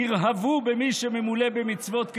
ירהבו במי שממולא במצוות כרימון.